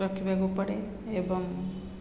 ରଖିବାକୁ ପଡ଼େ ଏବଂ